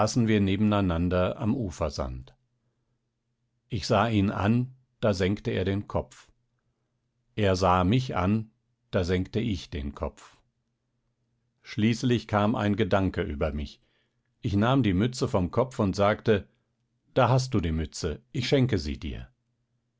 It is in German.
nebeneinander am ufersand ich sah ihn an da senkte er den kopf er sah mich an da senkte ich den kopf schließlich kam ein gedanke über mich ich nahm die mütze vom kopf und sagte da hast du die mütze ich schenke sie dir